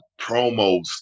promos